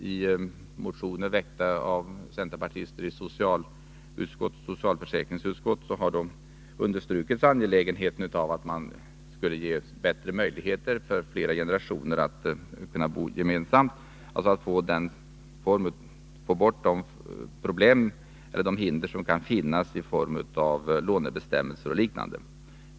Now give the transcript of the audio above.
I en motion som väckts av centerpartister i socialförsäkringsutskottet har understrukits angelägenheten av att det ges bättre möjligheter för flera generationer att bo tillsammans. Man har velat få bort de hinder som kan finnas i form av lånebestämmelser och liknande.